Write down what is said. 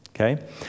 okay